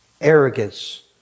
Arrogance